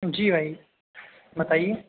جی بھائی بتائیے